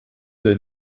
der